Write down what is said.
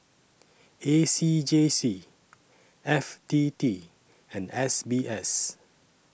A C J C F T T and S B S